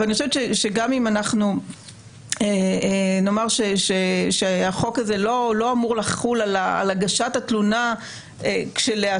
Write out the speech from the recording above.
אבל גם אם נאמר שהחוק הזה לא אמור לחול על הגשת התלונה כשלעצמה,